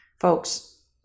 Folks